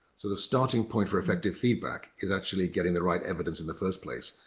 so the starting point for effective feedback is actually getting the right evidence in the first place.